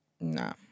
Nah